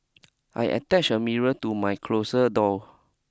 I attach a mirror to my closer door